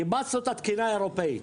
אימצנו את התקינה האירופאית.